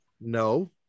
No